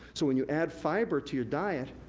so when you add fiber to your diet,